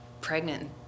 pregnant